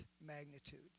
magnitude